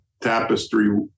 tapestry